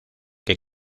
que